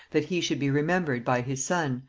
that he should be remembered by his son,